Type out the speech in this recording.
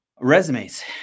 resumes